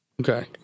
Okay